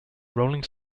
rolling